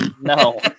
No